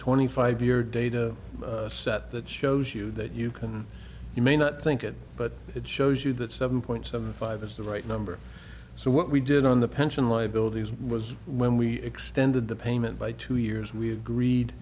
twenty five year data set that shows you that you can you may not think it but it shows you that seven point seven five is the right number so what we did on the pension liabilities was when we extended the payment by two years we agreed